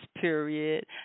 period